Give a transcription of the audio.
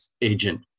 agent